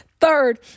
Third